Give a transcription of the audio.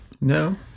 no